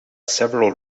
several